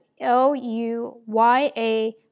L-U-Y-A